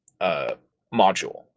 module